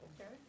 Okay